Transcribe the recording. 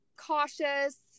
Cautious